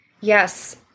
Yes